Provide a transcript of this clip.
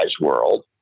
world